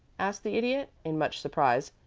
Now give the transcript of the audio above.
asked the idiot, in much surprise.